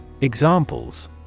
Examples